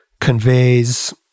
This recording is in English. conveys